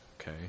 okay